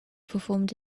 performed